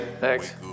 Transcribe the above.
Thanks